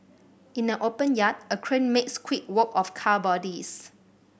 in an open yard a crane makes quick work of car bodies